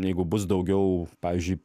jeigu bus daugiau pavyzdžiui